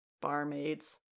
barmaids